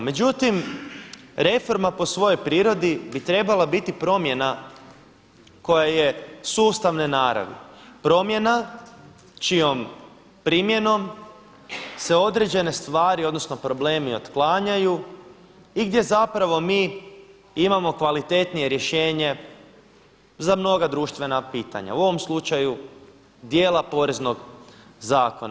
Međutim, reforma po svojoj prirodi bi trebala biti promjena koja je sustavne naravi, promjena čijom primjenom se određene stvari, odnosno problemi otklanjaju i gdje zapravo mi imamo kvalitetnije rješenje za mnoga društvena pitanja u ovom slučaju dijela poreznog zakona.